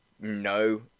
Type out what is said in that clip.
No